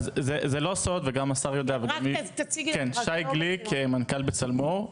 אני מנכ"ל בצלמו.